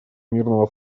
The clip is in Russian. мирного